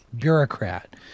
bureaucrat